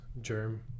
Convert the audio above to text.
Germ